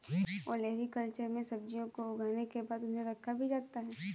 olericulture में सब्जियों को उगाने के बाद उन्हें रखा भी जाता है